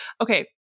Okay